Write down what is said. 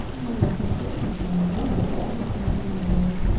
well, if we focus on the women, what's happening there